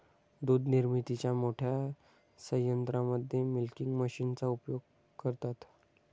दूध निर्मितीच्या मोठ्या संयंत्रांमध्ये मिल्किंग मशीनचा उपयोग करतात